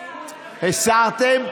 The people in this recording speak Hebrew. הסרתם?